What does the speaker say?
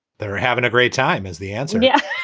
they're having a great time as the answer. yeah,